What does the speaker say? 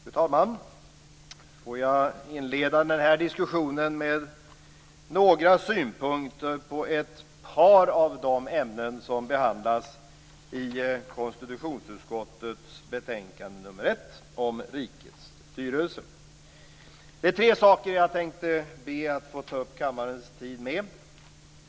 Fru talman! Får jag inleda denna diskussion med några synpunkter på ett par av de ämnen som behandlas i konstitutionsutskottets betänkande nr 1 om rikets styrelse. Det är tre saker jag tänkte be att få ta upp kammarens tid med.